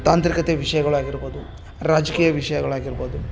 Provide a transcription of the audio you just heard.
ತಾಂತ್ರಿಕತೆ ವಿಷಯಗಳಾಗಿರ್ಬೌದು ರಾಜಕೀಯ ವಿಷಯಗಳಾಗಿರ್ಬೌದು